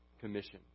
Commission